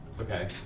Okay